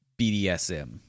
BDSM